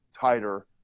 tighter